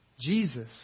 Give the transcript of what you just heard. Jesus